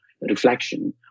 reflection